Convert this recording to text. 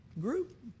group